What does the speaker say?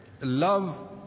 love